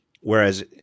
Whereas